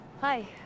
Hi